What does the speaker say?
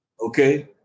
Okay